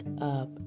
up